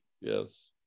Yes